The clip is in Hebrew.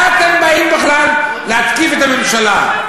מה אתם באים בכלל להתקיף את הממשלה?